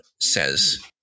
says